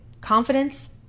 confidence